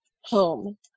home